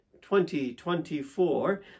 2024